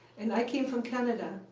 and i came from canada,